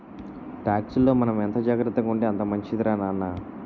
టాక్సుల్లో మనం ఎంత జాగ్రత్తగా ఉంటే అంత మంచిదిరా నాన్న